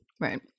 Right